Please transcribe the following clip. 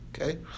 okay